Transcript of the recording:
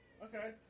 Okay